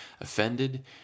offended